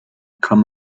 kann